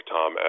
Tom